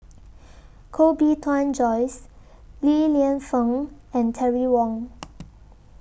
Koh Bee Tuan Joyce Li Lienfung and Terry Wong